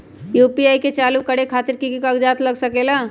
UPI के चालु करे खातीर कि की कागज़ात लग सकेला?